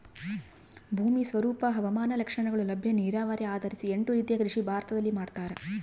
ಭೂಮಿ ಸ್ವರೂಪ ಹವಾಮಾನ ಲಕ್ಷಣಗಳು ಲಭ್ಯ ನೀರಾವರಿ ಆಧರಿಸಿ ಎಂಟು ರೀತಿಯ ಕೃಷಿ ಭಾರತದಲ್ಲಿ ಮಾಡ್ತಾರ